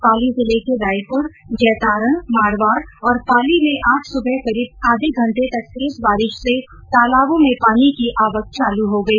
पाली जिले के रायपुर जैतारण मारवाड और पाली में आज सुबह करीब आधे घन्टे तक तेज बारिश से तालाबों में पानी की आवक चालू हो गई